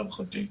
להערכתי.